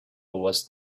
was